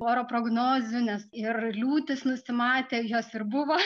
oro prognozių nes ir liūtys nusimatę jos ir buvo